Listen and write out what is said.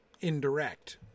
indirect